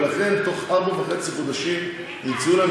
ולכן בתוך ארבעה וחצי חודשים ימצאו להם